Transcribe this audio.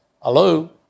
Hello